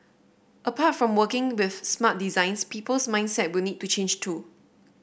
apart from working with smart designs people's mindset will need to change too